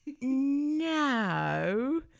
no